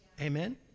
Amen